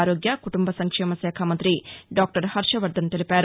ఆరోగ్య కుటుంబ సంక్షేమ శాఖమంత్రి డాక్టర్ హర్షవర్దన్ తెలిపారు